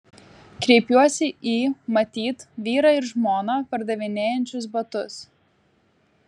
kreipiuosi į matyt vyrą ir žmoną pardavinėjančius batus